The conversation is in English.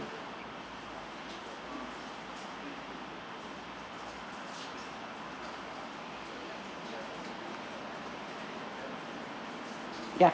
ya